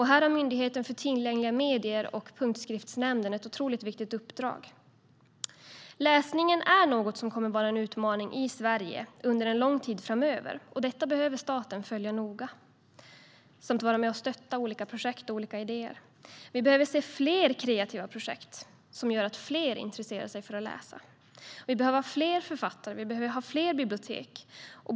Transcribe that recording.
Här har Myndigheten för tillgängliga medier och Punktskriftsnämnden ett otroligt viktigt uppdrag. Läsningen är något som kommer att vara en utmaning i Sverige under en lång tid framöver, och detta behöver staten följa noga samt vara med och stötta olika projekt och idéer. Vi behöver se fler kreativa projekt som gör att fler intresserar sig för att läsa. Vi behöver ha fler författare. Vi behöver ha fler bibliotek.